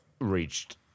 reached